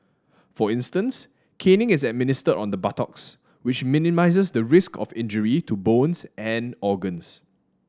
for instance caning is administered on the buttocks which minimises the risk of injury to bones and organs